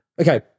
Okay